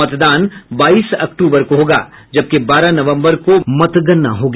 मतदान बाईस अक्टूबर को होगा जबकि बारह नवम्बर को मतगणना होगी